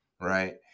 right